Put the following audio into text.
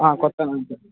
కొత్త నుంచే